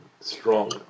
strong